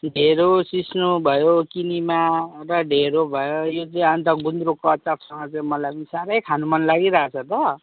ढेँडो सिस्नो भयो किनेमा र ढेँडो भयो यो चाहिँ अन्त गुन्द्रुकको अचारसँग चाहिँ मलाई साह्रै खानु मन लागिराको छ त